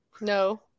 No